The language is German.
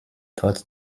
dort